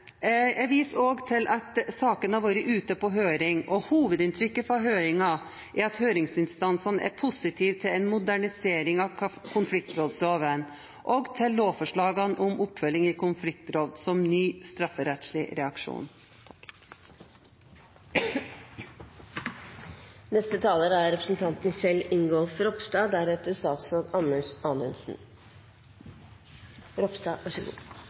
Jeg viser også til at saken har vært ute på høring, og hovedinntrykket fra høringen er at høringsinstansene er positive til en modernisering av konfliktrådsloven og til lovforslagene om oppfølging i konfliktråd som ny strafferettslig reaksjon. Det er